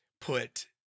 put